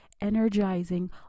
energizing